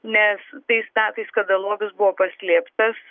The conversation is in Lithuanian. nes tais metais kada lobis buvo paslėptas